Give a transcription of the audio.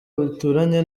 bituranye